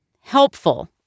helpful